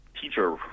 teacher